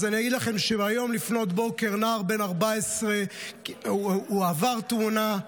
אני אגיד לכם שהיום לפנות בוקר נער בן 14 עבר תאונה,